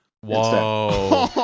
Whoa